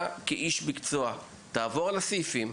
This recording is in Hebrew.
אתה, כאיש מקצוע, תעבור על הסעיפים.